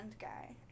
guy